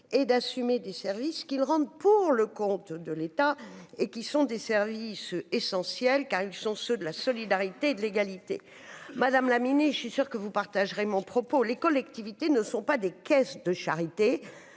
et d'assumer des services qu'ils rendent, pour le compte de l'État et qui sont des services essentiels, car ils sont ceux de la solidarité, de l'égalité, madame la je suis sûr que vous partagerez mon propos les collectivités ne sont pas des caisses de charité,